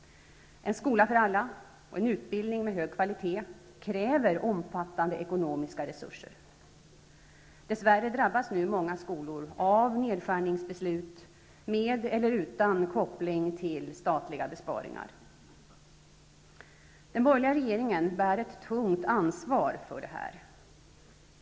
En skola för alla och utbildning av hög kvalitet kräver omfattande ekonomiska resurser. Dess värre drabbas nu många skolor av nedskärningsbeslut med eller utan koppling till statliga besparingar. Den borgerliga regeringen bär ett tungt ansvar för detta.